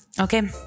Okay